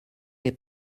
est